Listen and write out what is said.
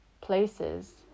places